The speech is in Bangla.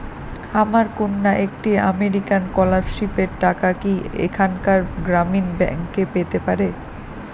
আমার কন্যা একটি আমেরিকান স্কলারশিপের টাকা কি এখানকার গ্রামীণ ব্যাংকে পেতে পারে?